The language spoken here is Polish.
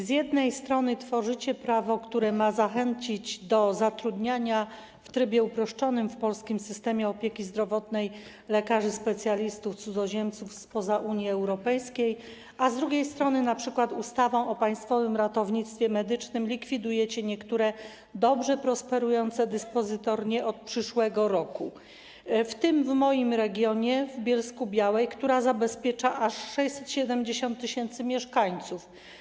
Z jednej strony tworzycie prawo, które ma zachęcić do zatrudniania w trybie uproszczonym w polskim systemie opieki zdrowotnej lekarzy specjalistów cudzoziemców spoza Unii Europejskiej, a z drugiej strony np. ustawą o Państwowym Ratownictwie Medycznym likwidujecie niektóre dobrze prosperujące dyspozytornie od przyszłego roku, w tym w moim regionie, w Bielsku-Białej, która zabezpiecza aż 670 tys. mieszkańców.